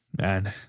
man